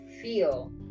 feel